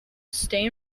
stay